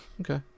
Okay